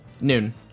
Noon